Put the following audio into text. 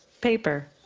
paper,